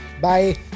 Bye